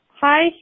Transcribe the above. Hi